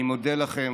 אני מודה לכם.